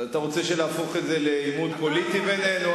אתה רוצה שנהפוך את זה לעימות פוליטי בינינו?